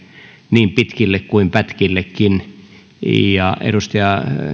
niin pitkille kuin pätkillekin ja edustaja